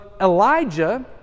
Elijah